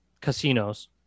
casinos